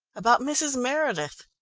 about mrs. meredith.